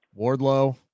Wardlow